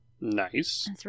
Nice